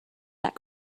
that